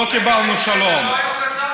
לא קיבלנו שלום.